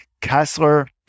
Kessler